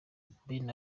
ben